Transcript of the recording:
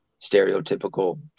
stereotypical